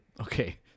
okay